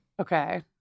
Okay